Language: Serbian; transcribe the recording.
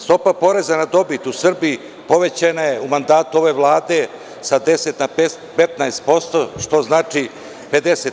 Stopa poreza na dobit u Srbiji povećana je u mandatu ove Vlade sa 10% na 15%, što znači 50%